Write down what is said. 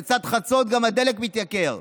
לצד חצות גם הדלק מתייקר.